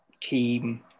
team